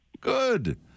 Good